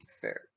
fair